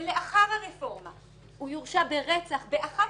ולאחר הרפורמה הוא יורשע ברצח באחת